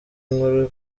inkuru